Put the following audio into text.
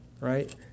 right